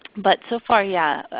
but so far, yeah,